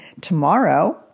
tomorrow